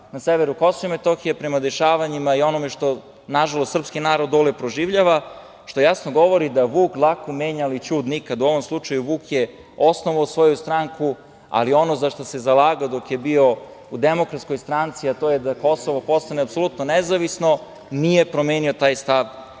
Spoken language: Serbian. na severu KiM, prema dešavanjima i onome što srpski narod dole proživljava, što jasno govori da vuk dlaku menja ali ćud nikad. U ovom slučaju vuk je osnovao svoju stranku, ali ono za šta se zalagao dok je bio u Demokratskoj stranci, a to je da Kosovo postane apsolutno nezavisno, nije promenio taj stav